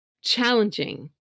challenging